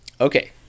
Okay